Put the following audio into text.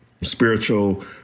spiritual